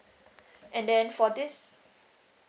and then for this